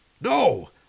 No